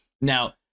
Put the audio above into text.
Now